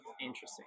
Interesting